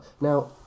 Now